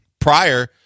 prior